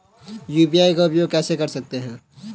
UPI का उपयोग कैसे कर सकते हैं?